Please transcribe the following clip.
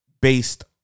based